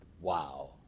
Wow